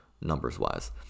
numbers-wise